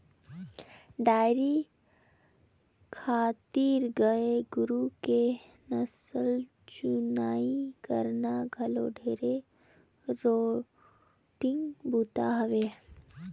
dairy खातिर गाय गोरु के नसल चुनई करना घलो ढेरे रोंट बूता हवे